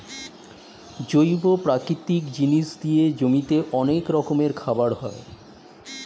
জৈব প্রাকৃতিক জিনিস দিয়ে জমিতে অনেক রকমের খাবার হয়